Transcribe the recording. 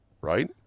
right